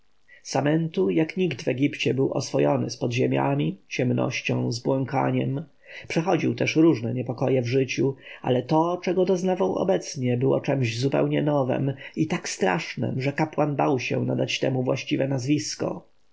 samentu jak nikt w egipcie był oswojony z podziemiami ciemnością zbłąkaniem przechodził też różne niepokoje w życiu ale to czego doznawał obecnie było czemś zupełnie nowem i tak strasznem że kapłan bał się nadać temu właściwe nazwisko